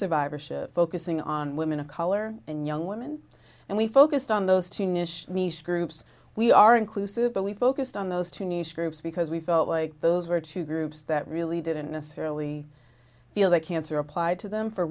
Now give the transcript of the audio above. survivorship focusing on women of color and young women and we focused on those two nish nice groups we are inclusive but we focused on those two nice groups because we felt like those were two groups that really didn't necessarily feel that cancer applied to them for